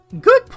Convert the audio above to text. Good